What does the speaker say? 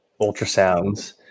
ultrasounds